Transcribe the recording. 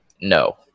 No